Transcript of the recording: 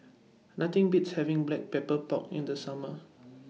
Nothing Beats having Black Pepper Pork in The Summer